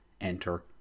enter